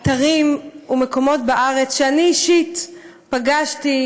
אתרים ומקומות בארץ שאני אישית פגשתי,